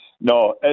no